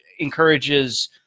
encourages –